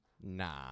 nah